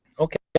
ok,